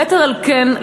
יתר על כן,